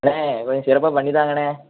அண்ணே கொஞ்சம் சிறப்பாக பண்ணி தாங்கண்ணே